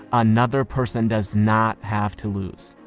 another person does not have to lose.